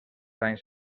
anys